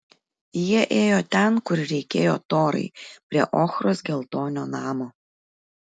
jie ėjo ten kur reikėjo torai prie ochros geltonio namo